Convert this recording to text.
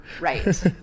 Right